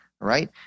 right